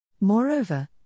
Moreover